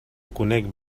conec